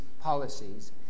policies